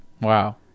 Wow